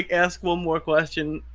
ask one more question.